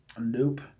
Nope